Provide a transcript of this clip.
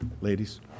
ladies